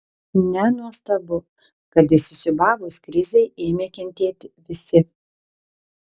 nenuostabu kad įsisiūbavus krizei ėmė kentėti visi